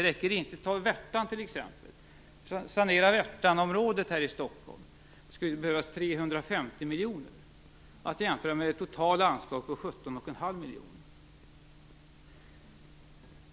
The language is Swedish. För att sanera t.ex. Värtaområdet här i Stockholm skulle det behövas 350 miljoner - att jämföra med det totala anslaget på 17,5 miljoner.